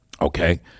Okay